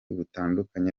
butandukanye